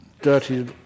dirty